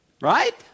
Right